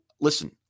listen